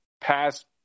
past